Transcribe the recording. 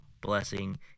blessing